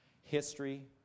History